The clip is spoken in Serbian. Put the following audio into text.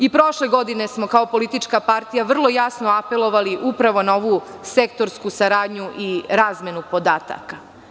I prošle godine smo, kao politička partija, vrlo jasno apelovali upravo na ovu sektorsku saradnju i razmenu podataka.